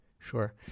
Sure